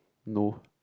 no